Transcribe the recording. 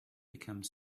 become